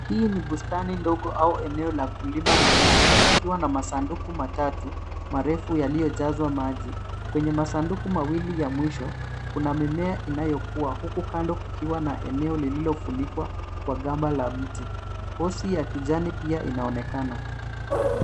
Hii ni bustani ndogo au eneo la kulima mimea, ikiwa na sanduku matatu marefu yaliyojazwa maji. Kwneye masanduku mawili ya mwisho, kuna mimea inayokua huku kukiwa na eneo lililofunikwa kwa gamba la mti. Hosi ya kijani pia inaonekana.